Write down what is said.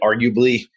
arguably